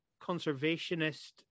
conservationist